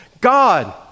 God